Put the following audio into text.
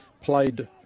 Played